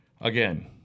again